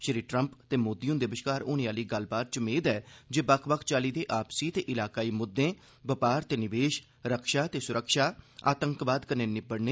Shri Trump ते श्री मोदी हुंदे बश्कार होने आली गल्लबात च मेद ऐ जे बक्ख बक्ख चाल्ली दे आपसी ते इलाकाई मुद्दें बपार ते निवेश रक्षा ते सुरक्षा आतंकवाद कन्नै निबड़ने